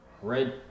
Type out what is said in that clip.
Red